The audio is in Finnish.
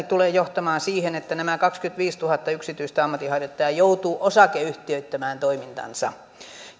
tulee johtamaan siihen että nämä kaksikymmentäviisituhatta yksityistä ammatinharjoittajaa joutuvat osakeyhtiöittämään toimintansa